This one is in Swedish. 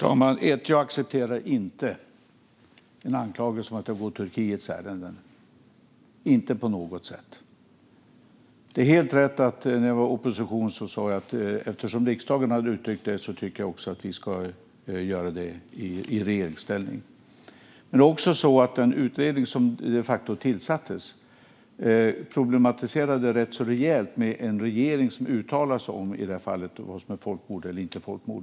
Herr talman! Jag accepterar inte en anklagelse om att jag går Turkiets ärenden. Det är helt riktigt att jag när jag var i opposition sa att eftersom riksdagen hade uttryckt att det borde ske ett erkännande tyckte jag också att vi skulle göra det i regeringsställning. Men den utredning som de facto tillsattes problematiserade ganska rejält kring att en regering skulle uttala vad som är folkmord eller inte.